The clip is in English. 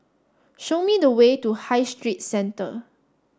show me the way to High Street Centre